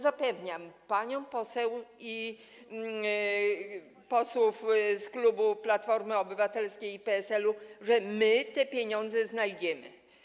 Zapewniam panią poseł i posłów z klubu Platformy Obywatelskiej i PSL-u, że my te pieniądze znajdziemy.